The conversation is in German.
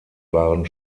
waren